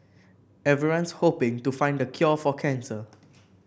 everyone's hoping to find the cure for cancer